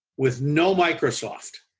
with no microsoft.